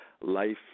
Life